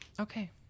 Okay